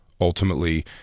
ultimately